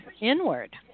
inward